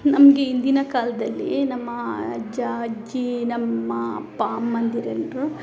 ನಮಗೆ ಹಿಂದಿನ ಕಾಲದಲ್ಲಿ ನಮ್ಮ ಅಜ್ಜ ಅಜ್ಜಿ ನಮ್ಮ ಅಪ್ಪ ಅಮ್ಮಂದಿರು ಎಲ್ಲರು